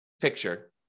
picture